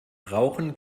rauchen